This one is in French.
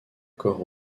corps